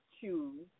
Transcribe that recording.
choose